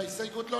ההסתייגות מס'